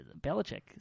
Belichick